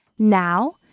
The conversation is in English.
Now